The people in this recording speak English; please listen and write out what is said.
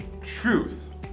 truth